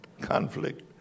conflict